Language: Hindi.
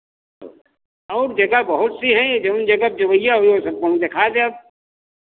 और जगह बहुत सी हैं जऊन जगह आप जवइया वही वही सब कोहुँ देखाए देब